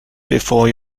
before